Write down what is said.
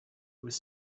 was